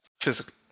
physically